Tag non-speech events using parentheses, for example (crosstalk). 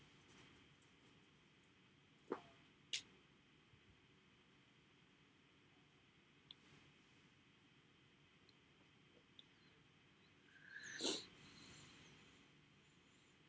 (breath)